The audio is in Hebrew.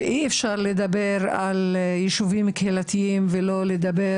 ואי אפשר לדבר על יישובים קהילתיים ולא לדבר